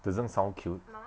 doesn't sound cute